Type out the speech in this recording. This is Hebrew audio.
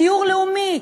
דיור לאומי,